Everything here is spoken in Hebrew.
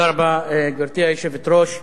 גברתי היושבת-ראש,